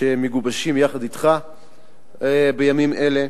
ושמגובשות יחד אתך בימים אלה.